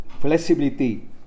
flexibility